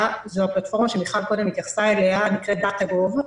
זו הפלטפורמה שמיכל קודם התייחסה אליה והיא נקראת דאטה.גוב,